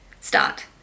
start